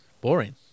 boring